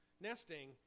nesting